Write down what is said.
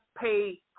pay